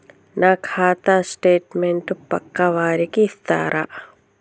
నా ఖాతా స్టేట్మెంట్ పక్కా వారికి ఇస్తరా?